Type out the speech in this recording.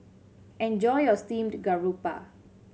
enjoy your steamed garoupa